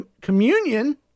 communion